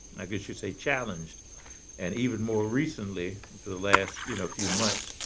i guess you say challenged and even more recently the last you know few months,